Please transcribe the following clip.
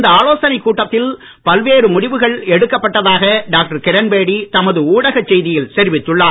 இந்த ஆலோசனைக் கூட்டத்தில் பல்வேறு முடிவுகள் எடுக்கப்பட்டதாக டாக்டர் கிரண்பேடி தமது ஊடகச் செய்தியில் தெரிவித்துள்ளார்